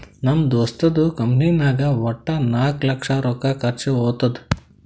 ನಮ್ ದೋಸ್ತದು ಕಂಪನಿನಾಗ್ ವಟ್ಟ ನಾಕ್ ಲಕ್ಷ ರೊಕ್ಕಾ ಖರ್ಚಾ ಹೊತ್ತುದ್